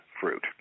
Fruit